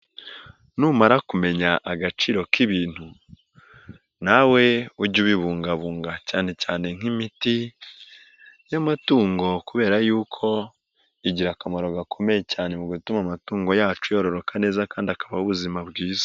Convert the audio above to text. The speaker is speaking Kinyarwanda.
Numara kumenya agaciro k'ibintu, nawe ujye ubibungabunga cyane cyane nk'imiti y'amatungo, kubera y'uko igira kamaro gakomeye cyane mu gutuma amatungo yacu yororoka neza kandi akabaho ubuzima bwiza.